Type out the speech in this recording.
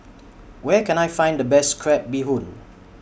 Where Can I Find The Best Crab Bee Hoon